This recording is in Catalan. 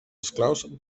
esclaus